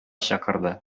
чакырды